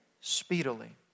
speedily